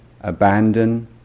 abandon